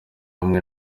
bamwe